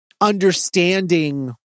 understanding